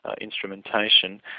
instrumentation